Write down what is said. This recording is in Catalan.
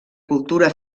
cultura